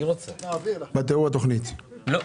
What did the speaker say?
לא.